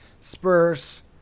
Spurs